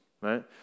right